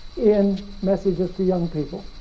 in messages to young people.